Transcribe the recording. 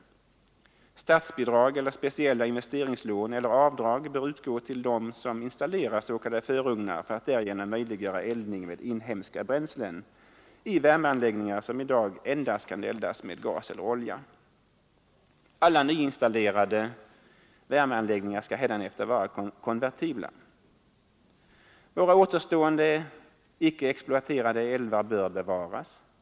Statsbidrag eller speciella investeringslån eller avdrag bör utgå till dem som installerar s.k. förugnar för att därigenom möjliggöra eldning med inhemska bränslen i värmeanläggningar som i dag endast kan eldas med gas eller olja. Alla nyinstallerade värmeanläggningar skall hädanefter vara konvertibla. Våra återstående icke exploaterade älvar bör bevaras.